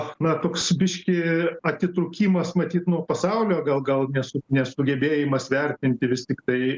na toks biškį atitrūkimas matyt nuo pasaulio gal gal nesu nesugebėjimas vertinti vis tiktai